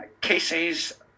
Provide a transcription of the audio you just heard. cases